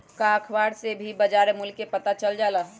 का अखबार से भी बजार मूल्य के पता चल जाला?